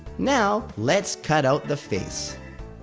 now, let's cut out the face.